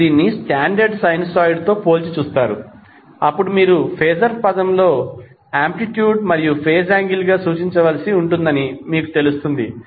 మీరు దీన్ని standard sinusoid తో పోల్చి చూస్తారు అప్పుడు మీరు ఫేజర్ పదంలో ఆంప్లిట్యూడ్ మరియు ఫేజ్ యాంగిల్ గా సూచించవలసి ఉంటుందని మీకు తెలుస్తుంది